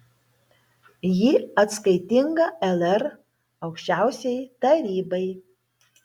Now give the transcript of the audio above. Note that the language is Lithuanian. ji atskaitinga lr aukščiausiajai tarybai